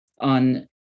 on